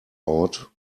out